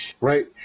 right